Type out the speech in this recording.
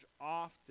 often